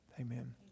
Amen